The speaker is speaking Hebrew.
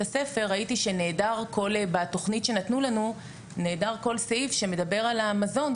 הספר ראיתי שבתוכנית שנתנו לנו נעדר כל סעיף שמדבר על המזון.